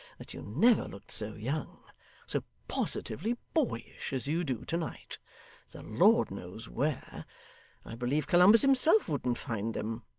that you never looked so young so positively boyish as you do to-night the lord knows where i believe columbus himself wouldn't find them.